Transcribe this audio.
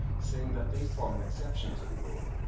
saying that they form an exception to the rule.